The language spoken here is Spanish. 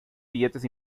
billetes